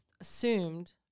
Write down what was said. assumed